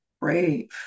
brave